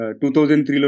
2003